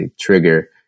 trigger